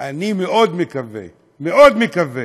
אני מאוד מקווה, מאוד מקווה,